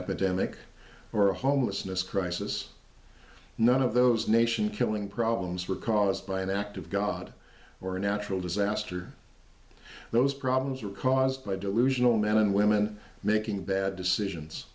epidemic or a homelessness crisis none of those nation killing problems were caused by an act of god or a natural disaster those problems are caused by delusional men and women making bad decisions